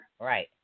Right